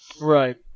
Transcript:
Right